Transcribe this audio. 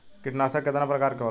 कीटनाशक केतना प्रकार के होला?